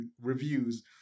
reviews